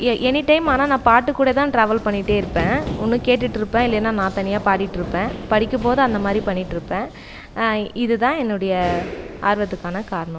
எ any time ஆனா நான் பாட்டு கூட தான் ட்ராவல் பண்ணிகிட்டே இருப்பே ஒன்று கேட்டுட்டு இருப்பேன் இல்லைனா நான் தனியாக பாடிகிட்டு இருப்பேன் படிக்கும் போது அந்த மாதிரி பண்ணிகிட்டு இருப்பேன் அ இது தான் என்னுடைய ஆர்வத்துக்கான காரணம்